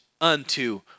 unto